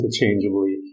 interchangeably